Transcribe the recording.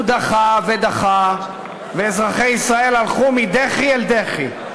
הוא דחה ודחה, ואזרחי ישראל הלכו מדחי אל דחי.